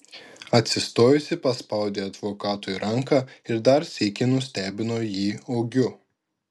atsistojusi paspaudė advokatui ranką ir dar sykį nustebino jį ūgiu